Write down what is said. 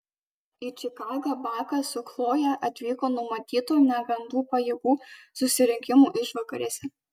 į čikagą bakas su chloje atvyko numatyto negandų pajėgų susirinkimo išvakarėse